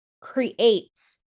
creates